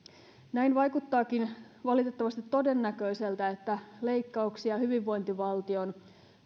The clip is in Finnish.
näin vaikuttaakin valitettavasti todennäköiseltä että leikkauksia hyvinvointivaltion